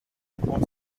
upon